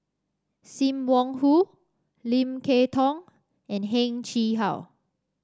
Sim Wong Hoo Lim Kay Tong and Heng Chee How